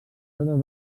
totes